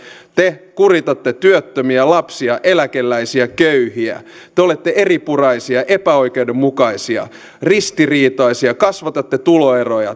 te kuritatte työttömiä lapsia eläkeläisiä köyhiä te olette eripuraisia epäoikeudenmukaisia ristiriitaisia kasvatatte tuloeroja